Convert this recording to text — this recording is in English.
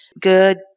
good